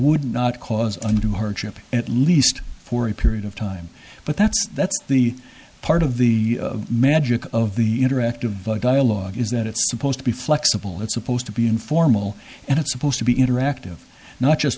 would not cause undue hardship at least for a period of time but that's that's the part of the magic of the interactive dialogue is that it's supposed to be flexible it's supposed to be informal and it's supposed to be interactive not just